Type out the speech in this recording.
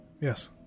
Yes